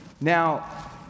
Now